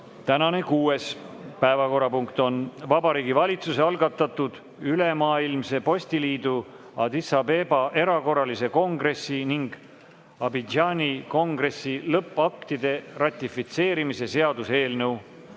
Tänane kuues päevakorrapunkt on Vabariigi Valitsuse algatatud Ülemaailmse Postiliidu Addis Abeba erakorralise kongressi ning Abidjani kongressi lõppaktide ratifitseerimise seaduse eelnõu